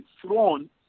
thrown